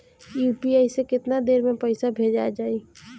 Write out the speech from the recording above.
UPI से केतना देर मे पईसा भेजा जाई?